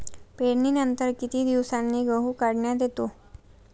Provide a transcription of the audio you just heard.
पेरणीनंतर किती दिवसांनी गहू काढण्यात येतो?